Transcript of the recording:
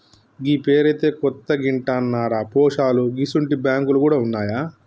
గీ పేరైతే కొత్తగింటన్నరా పోశాలూ గిసుంటి బాంకులు గూడ ఉన్నాయా